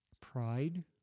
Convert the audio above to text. pride